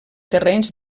terrenys